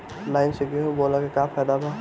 Line से गेहूं बोआई के का फायदा बा?